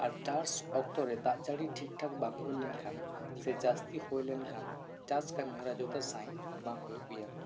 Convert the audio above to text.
ᱟᱨ ᱪᱟᱥ ᱚᱠᱛᱚ ᱨᱮ ᱫᱟᱜ ᱡᱟᱹᱲᱤ ᱴᱷᱤᱠ ᱴᱷᱟᱠ ᱵᱟᱝ ᱦᱩᱭᱞᱮᱱ ᱠᱷᱟᱱ ᱥᱮ ᱡᱟᱹᱥᱛᱤ ᱦᱩᱭ ᱞᱮᱱᱠᱷᱟᱱ ᱪᱟᱥ ᱠᱟᱹᱢᱤ ᱦᱚᱨᱟ ᱡᱚᱛᱷᱟᱛ ᱥᱟᱹᱦᱤᱡ ᱵᱟᱝ ᱦᱩᱭᱩᱜ ᱜᱮᱭᱟ